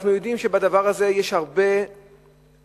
אנחנו יודעים שבדבר הזה יש הרבה דימויים